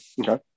Okay